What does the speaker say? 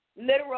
literal